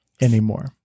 anymore